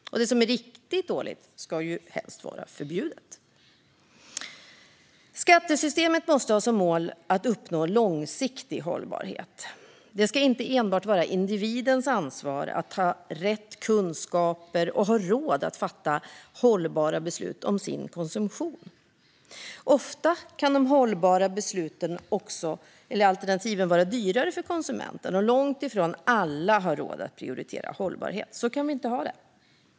Det som är riktigt dåligt ska helst vara förbjudet. Skattesystemet måste ha som mål att uppnå långsiktig hållbarhet. Det ska inte enbart vara individens ansvar att ha rätt kunskaper och ha råd att fatta hållbara beslut om sin konsumtion. Ofta kan de hållbara alternativen vara dyrare för konsumenten, och långt ifrån alla har råd att prioritera hållbarhet. Så kan vi inte ha det.